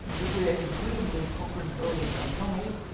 for creating william lord cochrane earl of dundonald,